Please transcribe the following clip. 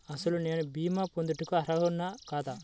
అసలు నేను భీమా పొందుటకు అర్హుడన కాదా?